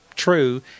true